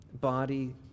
body